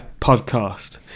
podcast